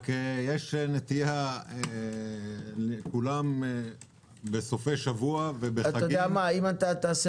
רק יש נטייה של כולם בסופי שבוע ובחגים -- אם תעשה